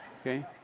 Okay